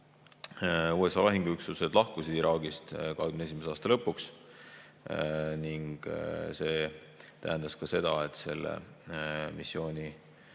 USA lahinguüksused lahkusid Iraagist 2021. aasta lõpuks. See tähendas ka seda, et selle missiooni